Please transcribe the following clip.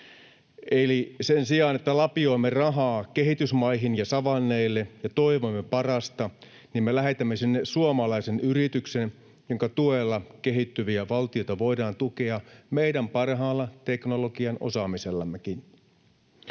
Eli sen sijaan, että lapioimme rahaa kehitysmaihin ja savanneille ja toivomme parasta, me lähetämme sinne suomalaisen yrityksen, jonka tuella kehittyviä valtioita voidaan tukea meidän parhaalla teknologian osaamisellammekin.